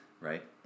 right